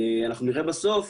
אנחנו נראה בסוף,